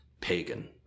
pagan